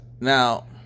Now